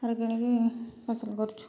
ସାର କିଣିକି ଫସଲ କରୁଛୁ